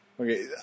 Okay